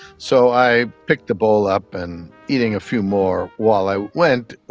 so i picked the bowl up and, eating a few more while i went,